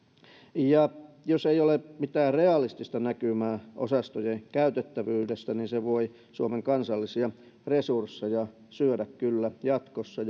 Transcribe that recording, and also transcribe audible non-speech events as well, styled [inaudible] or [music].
jos ei ole mitään realistista näkymää osastojen käytettävyydestä niin se voi suomen kansallisia resursseja kyllä syödä jatkossa [unintelligible]